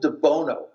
DeBono